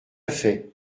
fait